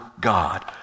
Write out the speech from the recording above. God